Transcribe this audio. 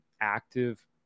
active